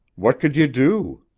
what could you do?